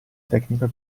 tecnica